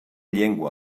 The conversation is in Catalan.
llengua